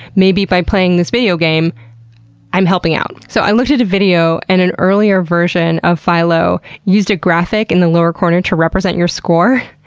maybe by playing this video game i'm helping out. so i looked at a video, and an earlier version of phylo used a graphic in the lower corner to represent your score,